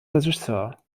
regisseur